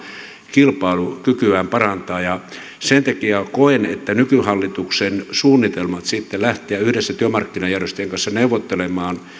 kilpailukykyään parantaa sen takia koen että nykyhallituksen suunnitelmat lähteä yhdessä työmarkkinajärjestöjen kanssa neuvottelemaan